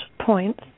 points